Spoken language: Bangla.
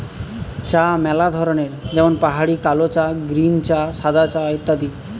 চা ম্যালা ধরনের যেমন পাহাড়ি কালো চা, গ্রীন চা, সাদা চা ইত্যাদি